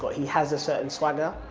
but he has a certain swagger.